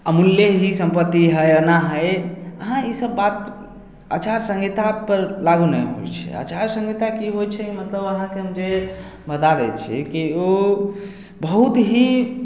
अमूल्य ही सम्पत्ति हइ एना हइ अहाँ ई सब बात अचारसंहिता पर लागु नै होइछै अचारसंहिता की होइछै मतलब अहाँके हम जे बता दय छी की ओ बहुत ही